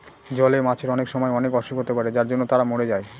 জলে মাছের অনেক সময় অনেক অসুখ হতে পারে যার জন্য তারা মরে যায়